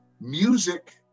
music